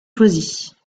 choisis